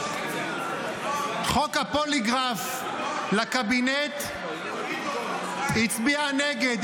חוק הפוליגרף לקבינט, היא הצביעה נגד.